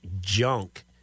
junk